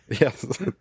Yes